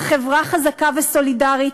על חברה חזקה וסולידרית,